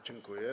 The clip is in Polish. Dziękuję.